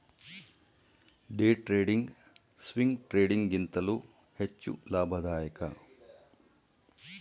day trading, swing trading ಗಿಂತಲೂ ಹೆಚ್ಚು ಲಾಭದಾಯಕ